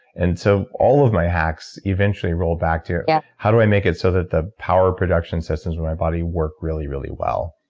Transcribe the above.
and so all of my hacks eventually roll back to yeah how do i make it so that the power production systems of my body work really, really well?